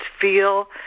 feel